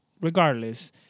regardless